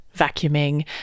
vacuuming